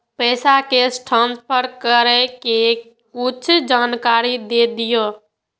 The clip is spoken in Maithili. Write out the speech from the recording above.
पैसा कैश ट्रांसफर करऐ कि कुछ जानकारी द दिअ